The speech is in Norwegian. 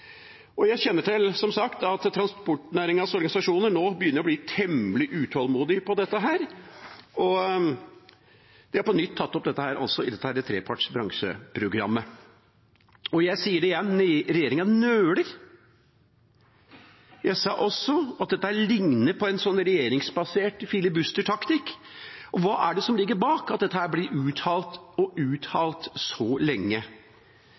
gang jeg har anledning, inntil det er på plass. Jeg kjenner til at transportnæringens organisasjoner nå begynner å bli temmelig utålmodige her, og man har på nytt tatt opp det i dette treparts bransjeprogrammet. Jeg sier det igjen: Regjeringa nøler. Jeg sa også at dette ligner på en regjeringsbasert filibustertaktikk. Og hva er det som ligger bak at dette blir uthalt og uthalt så lenge?